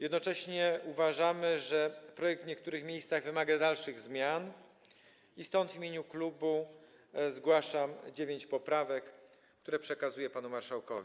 Jednocześnie uważamy, że projekt w niektórych miejscach wymaga dalszych zmian i dlatego w imieniu klubu zgłaszam dziewięć poprawek, które przekazuję panu marszałkowi.